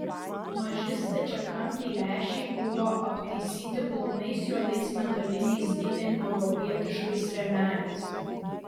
maži stačiakampiai lęšiai buvo aptaisyti plonais juodais metaliniais itin europietiškais rėmeliais